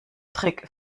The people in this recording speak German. trick